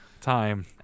time